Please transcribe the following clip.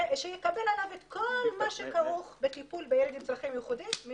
שיקבל עליו את כל מה שכרוך בטיפול בילד עם צרכים מיוחדים